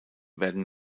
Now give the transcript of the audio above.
werden